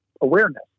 awareness